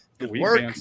work